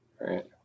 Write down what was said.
right